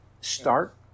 start